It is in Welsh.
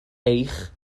eich